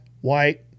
white